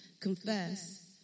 confess